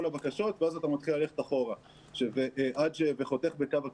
הבקשות ואז אתה מתחיל ללכת אחורה וחותך בקו הכסף.